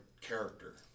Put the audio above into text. character